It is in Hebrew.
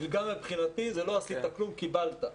מלגה מבחינתי זה לא עשית כלום וקיבלת.